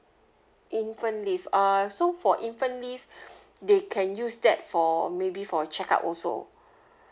infant leave uh so for infant leave they can use that for maybe for check up also